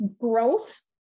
growth